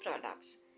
products